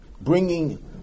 bringing